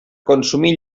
consumir